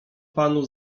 panu